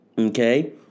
Okay